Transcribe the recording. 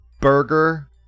burger